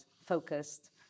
Focused